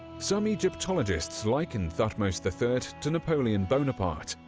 some egyptologists liken thutmose the third to napoleon bonaparte,